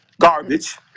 garbage